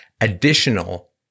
additional